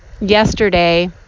Yesterday